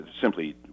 simply